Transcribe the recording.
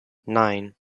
nine